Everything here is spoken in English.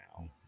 now